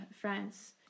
France